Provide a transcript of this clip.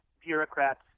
bureaucrats